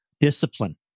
discipline